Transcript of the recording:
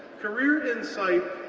career insight,